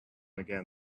again